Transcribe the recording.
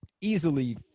easily